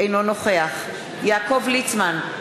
אינו נוכח יעקב ליצמן,